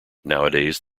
nowadays